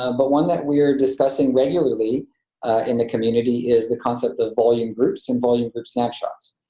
um but one that we're discussion regularly in the community is the concept of volume groups and volume group snapshots.